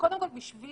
שקודם כל בשביל